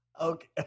Okay